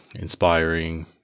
inspiring